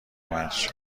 مرج